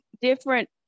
different